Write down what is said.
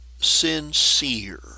sincere